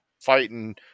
fighting –